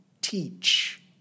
teach